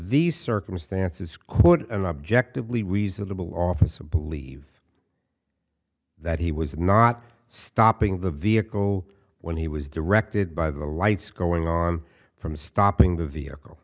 these circumstances quote an objectively reasonable officer believe that he was not stopping the vehicle when he was directed by the lights going on from stopping the vehicle